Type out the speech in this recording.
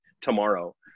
tomorrow